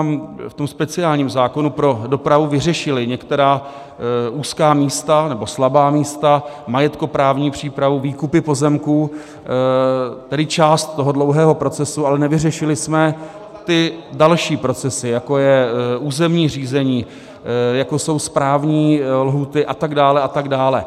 My jsme v tom speciálním zákonu pro dopravu vyřešili některá slabá místa, majetkoprávní přípravu, výkupy pozemků, tedy část toho dlouhého procesu, ale nevyřešili jsme ty další procesy, jako je územní řízení, jako jsou správní lhůty a tak dále a tak dále.